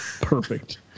perfect